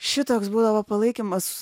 šitoks būdavo palaikymas